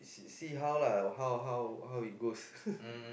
we see how lah how how how it goes